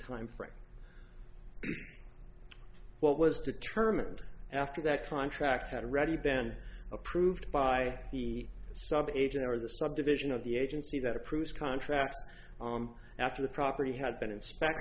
timeframe what was determined after that contract had ready then approved by the sub agent or the subdivision of the agency that approves contracts arm after the property had been inspect